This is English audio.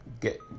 get